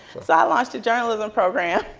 so i launched a journalism program,